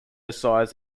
size